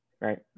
right